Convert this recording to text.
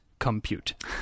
compute